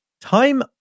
Time